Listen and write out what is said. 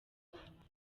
karubanda